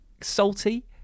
salty